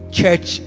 church